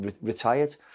retired